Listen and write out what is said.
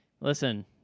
Listen